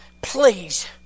please